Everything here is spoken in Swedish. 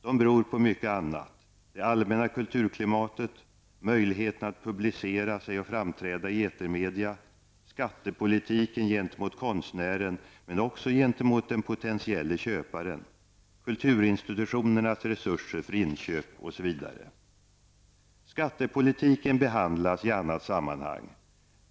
De beror på mycket annat: det allmänna kulturklimatet, möjligheterna att publicera sig och framträda i etermedia, skattepolitiken gentemot konstnären men också gentemot den potentielle köparen, kulturinstitutionernas resurser för inköp osv. Skattepolitiken behandlas i annat sammanhang.